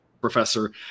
Professor